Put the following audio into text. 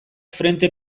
frente